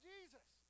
Jesus